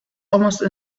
almost